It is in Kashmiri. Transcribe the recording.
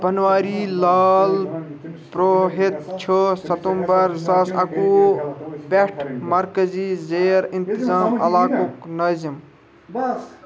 بنواری لال پرٛوہِت چھُ سَتُمبر زٕ ساس اَکوُہ پٮ۪ٹھ مركزی زیر انتطام علاقُک نٲظِم